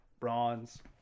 bronze